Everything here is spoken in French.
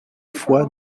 fois